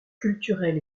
culturels